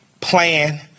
plan